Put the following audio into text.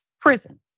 prison